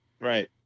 Right